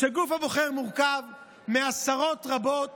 שהגוף הבוחר מורכב מעשרות רבות